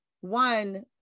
one